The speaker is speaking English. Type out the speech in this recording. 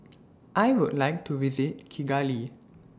I Would like to visit Kigali